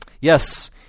yes